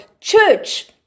Church